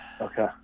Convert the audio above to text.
Okay